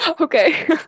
Okay